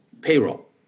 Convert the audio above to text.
payroll